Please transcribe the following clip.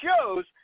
shows